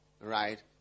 Right